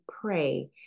pray